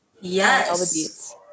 yes